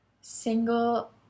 single